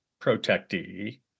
protectee